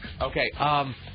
Okay